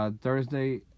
Thursday